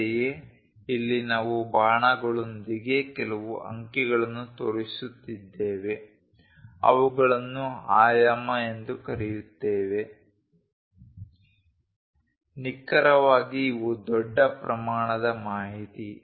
ಅಂತೆಯೇ ಇಲ್ಲಿ ನಾವು ಬಾಣಗಳೊಂದಿಗೆ ಕೆಲವು ಅಂಕಿಗಳನ್ನು ತೋರಿಸುತ್ತಿದ್ದೇವೆ ಅವುಗಳನ್ನು ಆಯಾಮ ಎಂದು ಕರೆಯುತ್ತೇವೆ ನಿಖರವಾಗಿ ಇವು ದೊಡ್ಡ ಪ್ರಮಾಣದ ಮಾಹಿತಿ